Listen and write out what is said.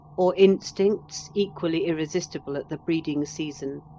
or instincts equally irresistible at the breeding season,